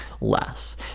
less